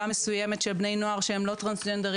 מסוימת של בני נוער שהם לא טרנסג'נדרים,